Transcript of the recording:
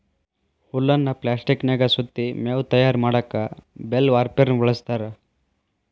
ಹುಲ್ಲನ್ನ ಪ್ಲಾಸ್ಟಿಕನ್ಯಾಗ ಸುತ್ತಿ ಮೇವು ತಯಾರ್ ಮಾಡಕ್ ಬೇಲ್ ವಾರ್ಪೆರ್ನ ಬಳಸ್ತಾರ